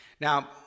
Now